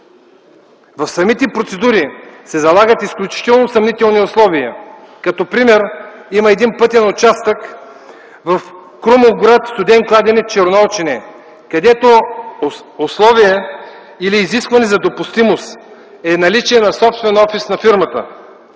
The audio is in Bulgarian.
В самите процедури се залагат изключително съмнителни условия. Като пример – има един пътен участък в Крумовград-Студен кладенец-Черноочене, където условие или изискване за допустимост е наличие на собствен офис на фирмата.